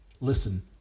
Listen